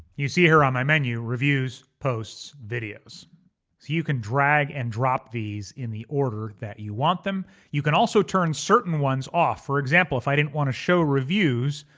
you see here on my menu, reviews, posts, videos. so you can drag and drop these in the order that you want them. you can also turn certain ones off. for example, if i didn't wanna show reviews,